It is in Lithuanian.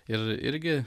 ir irgi